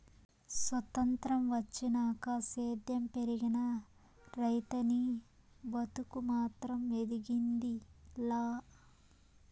సొత్రంతం వచ్చినాక సేద్యం పెరిగినా, రైతనీ బతుకు మాత్రం ఎదిగింది లా